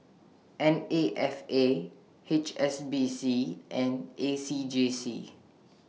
N A F A H S B C and A C J C